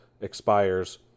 expires